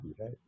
right